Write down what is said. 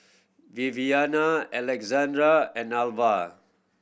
Viviana Alessandra and Alvah